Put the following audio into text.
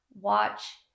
watch